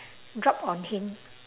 drop on him